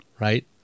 Right